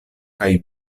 kaj